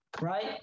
right